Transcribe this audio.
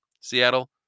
Seattle